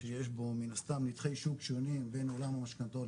שיש בו מן הסתם נתחי שוק שונים בין עולם המשכנתאות